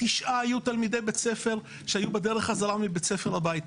תשעה היו תלמידי בית ספר שהיו בדרך חזרה מבית ספר הביתה,